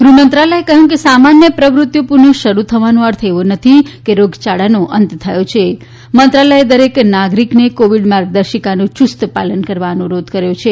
ગુફમંત્રાલયે કહ્યું કે સામાન્ય પ્રવૃત્તિઓ પુનઃ શરૂ થવાનો અર્થ એવો નથી કે રોગયાળાનો અંત થયો છે મંત્રાલયે દરેક નાગરીકને કોવિડ માર્ગદર્શિકાનું ચુસ્ત પાલન કરવા અનુરોધ કર્યો છે